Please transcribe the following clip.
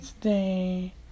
Today